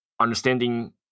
understanding